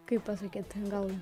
kaip pasakyt gal